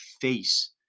face